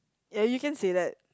ya you can say that